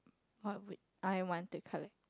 what would I want to collect